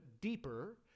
deeper